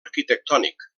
arquitectònic